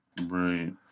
Right